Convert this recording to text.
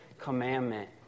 commandment